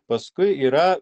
paskui yra